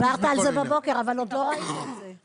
דיברת על זה בבוקר, אבל עוד לא ראינו את זה.